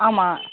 ஆமாம்